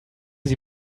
sie